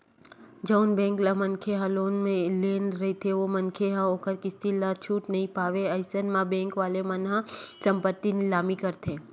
जउन बेंक ले मनखे ह लोन ले रहिथे ओ मनखे ह ओखर किस्ती ल छूटे नइ पावय अइसन म बेंक वाले मन ह मनखे के संपत्ति निलामी करथे